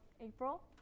April